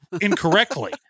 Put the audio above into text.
incorrectly